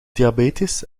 diabetes